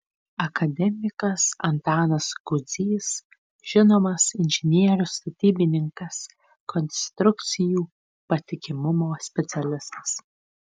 akademikas antanas kudzys žinomas inžinierius statybininkas konstrukcijų patikimumo specialistas